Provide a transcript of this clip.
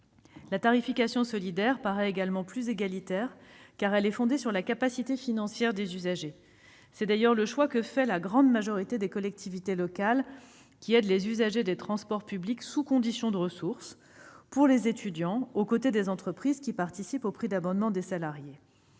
aisées. Elle me semble également plus égalitaire, car elle est fondée sur la capacité financière des usagers. C'est d'ailleurs le choix que fait la grande majorité des collectivités locales, qui aident les usagers des transports publics sous condition de ressources, les étudiants, aux côtés des entreprises qui contribuent au financement de l'abonnement de leurs salariés.